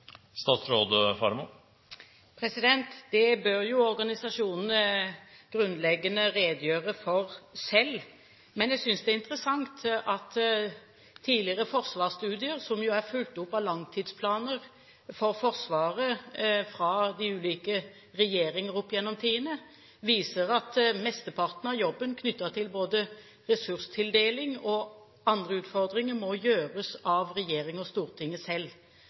Det bør organisasjonene grunnleggende redegjøre for selv. Men jeg synes det er interessant at tidligere forsvarsstudier, som jo er fulgt opp av langtidsplaner for Forsvaret fra de ulike regjeringer opp gjennom tidene, viser at mesteparten av jobben knyttet til både ressurstildeling og andre utfordringer må gjøres av regjering og storting selv.